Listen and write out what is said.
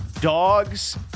dogs